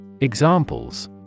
Examples